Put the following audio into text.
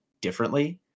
differently